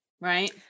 right